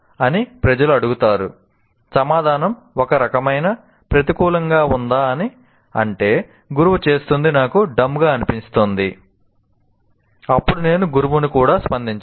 అని ప్రజలు అడుగుతారు సమాధానం ఒక రకమైన ప్రతికూలంగా ఉందా అని అంటే గురువు చేస్తుంది నాకు డంబ్ గా అనిపిస్తుంది అప్పుడు నేను గురువును కూడా సంప్రదించను